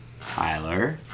Tyler